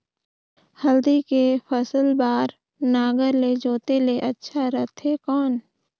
हल्दी के फसल बार नागर ले जोते ले अच्छा रथे कौन?